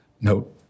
Note